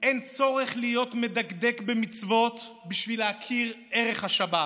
"אין צורך להיות מדקדק במצוות בשביל להכיר בערך השבת.